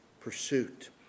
pursuit